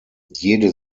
jede